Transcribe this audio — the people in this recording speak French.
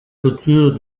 clôture